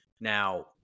Now